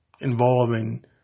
involving